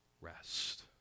rest